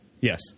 Yes